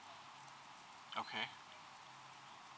okay